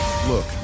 Look